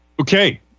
Okay